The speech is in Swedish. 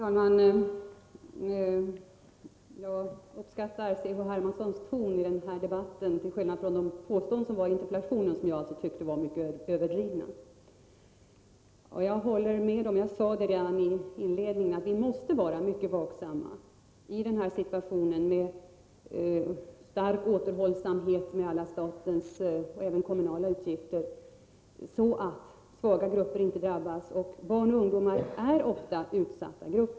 Herr talman! Jag uppskattar C.-H. Hermanssons ton i den här debatten — till skillnad från de påståenden som gjordes i interpellationen och som jag tyckte var mycket överdrivna. Som jag sade redan i inledningen måste vi vara mycket vaksamma i en situation med stark återhållsamhet med alla statliga och även kommunala utgifter, så att svaga grupper inte drabbas. Barn och ungdomar är ofta utsatta grupper.